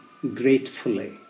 gratefully